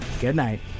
Goodnight